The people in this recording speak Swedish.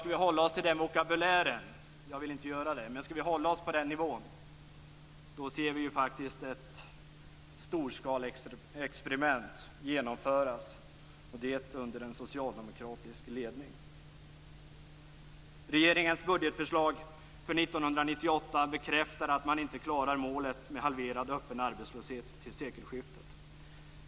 Skall vi hålla oss till den vokabulären - jag vill inte göra det - ser vi ett storskaligt experiment genomföras - och det under en socialdemokratisk ledning. Regeringens budgetförslag för 1998 bekräftar att man inte klarar målet med halverad öppen arbetslöshet till sekelskiftet.